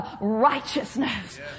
righteousness